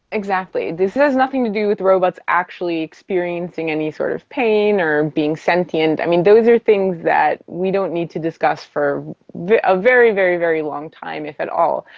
exactly. this has nothing to do with robots actually experiencing any sort of pain or being sentient. those are things that we don't need to discuss for a very, very very long time, if at all.